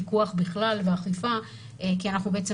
פיקוח בכלל באכיפה כי אנחנו בעצם